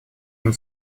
ним